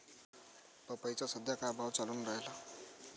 पपईचा सद्या का भाव चालून रायला?